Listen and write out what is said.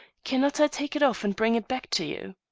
cannot i take it off and bring it back to you?